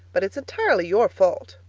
but it's entirely your fault.